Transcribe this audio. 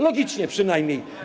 Logicznie przynajmniej.